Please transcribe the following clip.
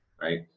right